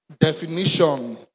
definition